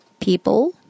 people